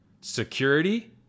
security